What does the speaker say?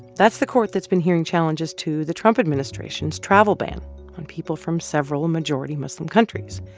that's the court that's been hearing challenges to the trump administration's travel ban on people from several majority-muslim countries.